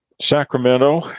Sacramento